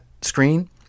screen